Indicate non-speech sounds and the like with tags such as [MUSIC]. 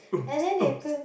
[BREATH] and then they